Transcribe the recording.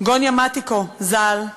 גוניה מטיקו ז"ל,